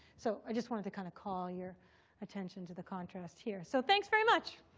so i just wanted to kind of call your attention to the contrast here. so thanks very much.